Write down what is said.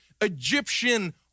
Egyptian